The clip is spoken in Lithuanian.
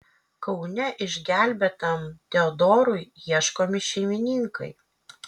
kaune išgelbėtam teodorui ieškomi šeimininkai